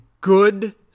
good